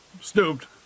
stooped